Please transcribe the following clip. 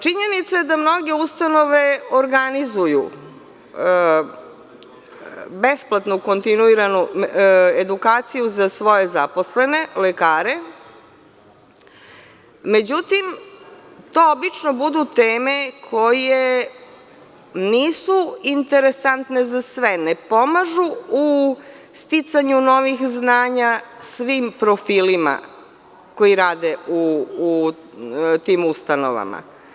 Činjenica je da mnoge ustanove organizuju besplatno kontinuiranu edukaciju za svoje zaposlene lekare, međutim, to obično budu teme koje nisu interesantne za sve, ne pomažu u sticanju novih znanja svim profilima koji rade u tim ustanovama.